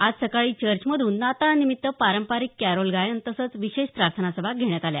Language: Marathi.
आज सकाळी चर्चमधून नाताळनिमित्त पारंपरिक कॅरोल गायन तसंच विशेष प्रार्थनासभा घेण्यात आल्या